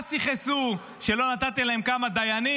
שש"ס יכעסו שלא נתתם להם כמה דיינים.